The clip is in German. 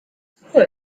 fluor